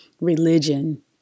religion